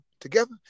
Together